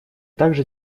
также